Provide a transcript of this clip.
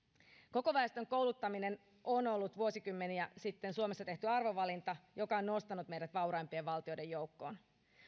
koko väestön kouluttaminen on on ollut vuosikymmeniä sitten suomessa tehty arvovalinta joka on nostanut meidät vauraimpien valtioiden joukkoon